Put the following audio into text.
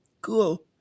cool